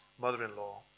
mother-in-law